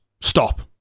stop